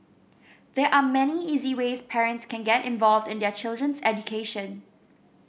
there are many easy ways parents can get involved in their child's education